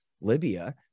Libya